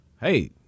hey